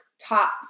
top